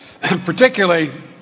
particularly